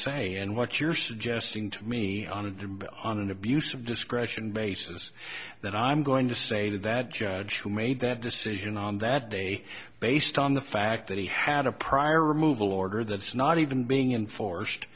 say and what you're suggesting to me on it and on an abuse of discretion basis that i'm going to say to that judge who made that decision on that day based on the fact that he had a prior removal order that's not even being enforced